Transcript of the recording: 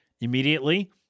immediately